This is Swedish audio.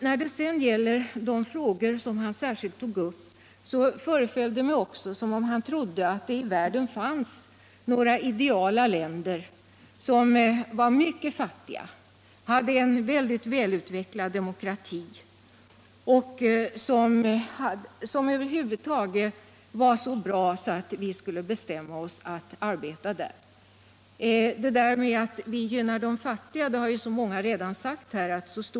När det gäller de frågor som herr Bengtson särskilt tog upp föreföll det mig som om han skulle tro att det i världen finns några för samarbete med oss ideala länder, som är mycket fattiga, som har en mycket väl utvecklad demokrati och som också i andra avseenden är så bra att vi skulle kunna bestämma oss för att arbeta där. Många av de tidigare talarna har redan sagt att en stor del av vårt bistånd går till de fattiga länderna.